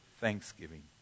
thanksgiving